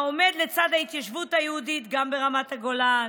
העומד לצד ההתיישבות היהודית גם ברמת הגולן,